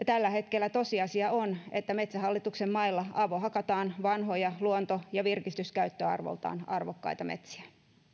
tällä hetkellä tosiasia on että metsähallituksen mailla avohakataan vanhoja luonto ja virkistyskäyttöarvoltaan arvokkaita metsiä